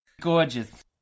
gorgeous